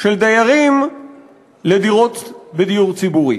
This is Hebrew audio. של דיירים לדירות בדיור ציבורי.